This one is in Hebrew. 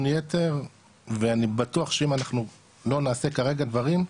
יתר ואני בטוח שאם אנחנו לא נעשה כרגע דברים,